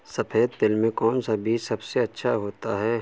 सफेद तिल में कौन सा बीज सबसे अच्छा होता है?